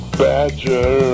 badger